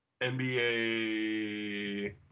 NBA